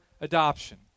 adoption